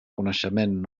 coneixement